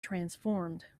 transformed